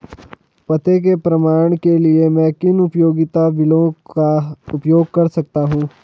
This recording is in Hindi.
पते के प्रमाण के लिए मैं किन उपयोगिता बिलों का उपयोग कर सकता हूँ?